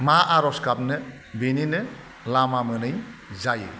मा आरज गाबनो बेनिनो लामा मोनै जायो